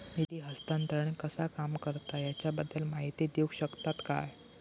निधी हस्तांतरण कसा काम करता ह्याच्या बद्दल माहिती दिउक शकतात काय?